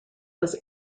was